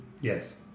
Yes